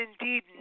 indeed